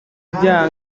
byaha